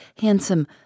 handsome